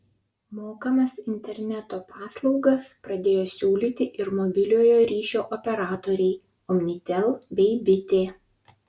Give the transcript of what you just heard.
mokamas interneto paslaugas pradėjo siūlyti ir mobiliojo ryšio operatoriai omnitel bei bitė